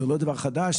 זה לא דבר חדש.